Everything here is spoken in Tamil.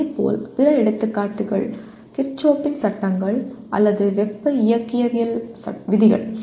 இதேபோல் பிற எடுத்துக்காட்டுகள் கிர்ச்சோப்பின் சட்டங்கள் அல்லது வெப்ப இயக்கவியல் விதிகள்